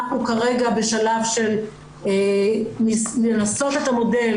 אנחנו כרגע בשלב של לנסות את המודל